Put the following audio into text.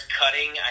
cutting